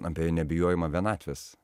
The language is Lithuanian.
apie nebijojimą vienatvės